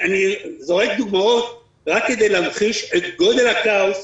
אני זורק דוגמאות רק כדי להמחיש את גודל הכאוס,